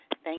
Thank